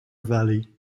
valley